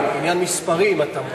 בעניין מספרים.